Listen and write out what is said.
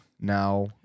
Now